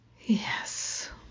Yes